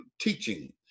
teaching